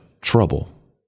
trouble